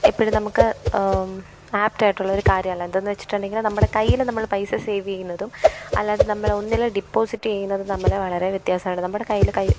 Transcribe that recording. എപ്പോഴും നമുക്ക് ആപ്റ്റായിട്ടുള്ളൊരു കാര്യമല്ല എന്തെന്നു വച്ചിട്ടുണ്ടെങ്കില് നമ്മുടെ കയ്യില് നമ്മൾ പൈസ സെവെയുന്നതും അല്ലാതെ നമ്മളൊന്നില് ഡിപ്പോസിറ്റെയ്യുന്നതും തമ്മില് വളരെ വ്യത്യാസമാണ് നമ്മുടെ കയ്യില് കൈ